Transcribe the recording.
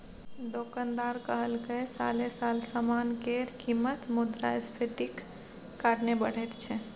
दोकानदार कहलकै साले साल समान के कीमत मुद्रास्फीतिक कारणे बढ़ैत छै